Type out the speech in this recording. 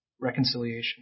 reconciliation